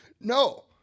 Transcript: no